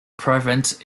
province